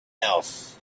else